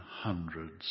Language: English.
hundreds